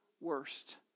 worst